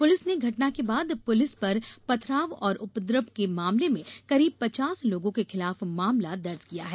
police ने घटना के बाद पुलिस पर पथराव और उपद्रव के मामले में करीब पचास लोगों के खिलाफ मामला दर्ज किया है